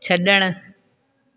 छड॒णु